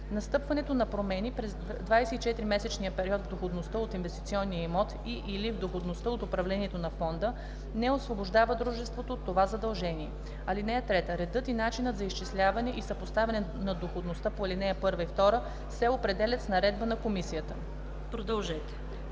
Настъпването на промени през 24-месечния период в доходността от инвестиционния имот и/или в доходността от управлението на фонда не освобождава дружеството от това задължение. (3) Редът и начинът за изчисляване и съпоставяне на доходността по ал. 1 и 2 се определят с наредба на комисията.” По